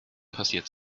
passiert